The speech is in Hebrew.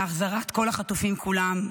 להחזרת כל החטופים כולם,